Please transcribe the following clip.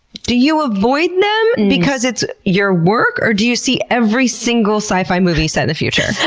do you avoid them because it's your work or do you see every single sci-fi movie set in the future?